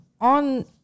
On